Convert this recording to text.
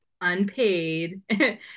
unpaid